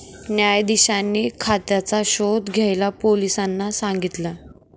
न्यायाधीशांनी खात्याचा शोध घ्यायला पोलिसांना सांगितल